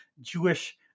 Jewish